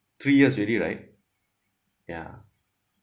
three years already right ya